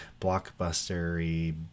blockbustery